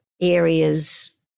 areas